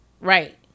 Right